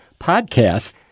podcast